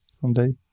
someday